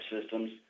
systems